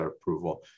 approval